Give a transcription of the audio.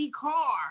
car